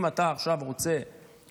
אם עכשיו אתה רוצה להמשיך